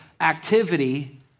activity